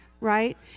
right